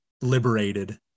liberated